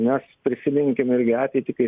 nes prisiminkime irgi ateitį kai